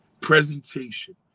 presentation